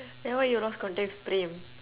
then why you lost contact with praem